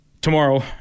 tomorrow